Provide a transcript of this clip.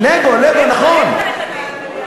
אני מבקשת לתת לי את הקרדיט.